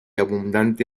abundante